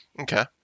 Okay